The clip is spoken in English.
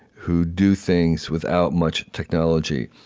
who do things without much technology.